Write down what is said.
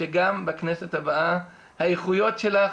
שגם בכנסת הבאה האיכויות שלך,